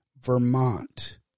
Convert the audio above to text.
Vermont